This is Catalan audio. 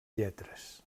lletres